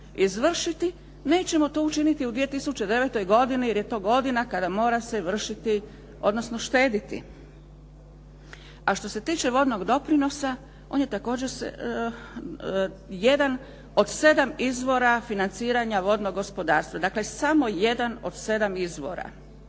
izvršiti nećemo to učiniti u 2009. godini jer je to godina kada mora se vršiti, odnosno štediti. A što se tiče vodnog doprinosa on je također jedan od 7 izvora financiranja vodnog gospodarstva, dakle, samo jedan od 7 izvora.